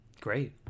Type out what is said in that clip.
Great